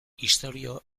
istorio